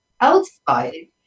outside